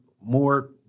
more